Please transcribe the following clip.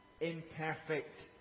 imperfect